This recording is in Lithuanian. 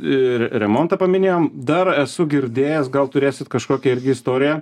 ir remontą paminėjom dar esu girdėjęs gal turėsit kažkokią irgi istoriją